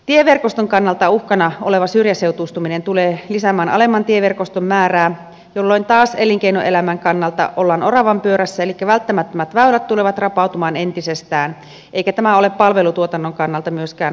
tieverkoston kannalta uhkana oleva syrjäseutuistuminen tulee lisäämään alemman tieverkoston määrää jolloin taas elinkeinoelämän kannalta ollaan oravanpyörässä elikkä välttämättömät väylät tulevat rapautumaan entisestään eikä tämä ole myöskään palvelutuotannon kannalta ongelmatonta